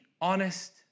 honest